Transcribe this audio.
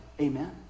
Amen